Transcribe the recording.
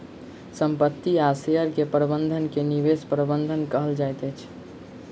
संपत्ति आ शेयर के प्रबंधन के निवेश प्रबंधन कहल जाइत अछि